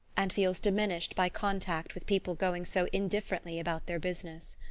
and feels diminished by contact with people going so indifferently about their business.